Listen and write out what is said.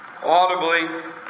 audibly